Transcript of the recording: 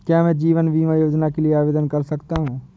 क्या मैं जीवन बीमा योजना के लिए आवेदन कर सकता हूँ?